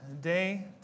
day